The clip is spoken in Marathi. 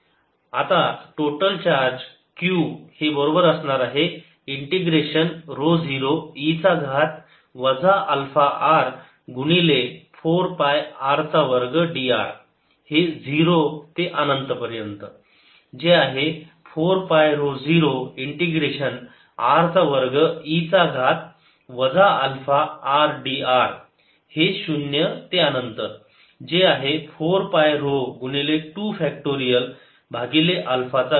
n1 W4π0202312 2222α3 162α4 2312α34π020585 आता टोटल चार्ज Q हे बरोबर असणार आहे इंटिग्रेशन ऱ्हो 0 e चा घात वजा अल्फा r गुणिले 4 पाय r चा वर्ग d r हे 0 ते अनंत जे आहे 4 पाय ऱ्हो 0 इंटिग्रेशन r चा वर्ग e चा घात वजा अल्फा r d r हे शून्य ते अनंत जे आहे 4 पाय ऱ्हो गुणिले 2 फॅक्टरियल भागिले अल्फा चा घन